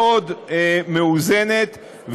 מאוד מאוזנת,